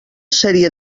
sèrie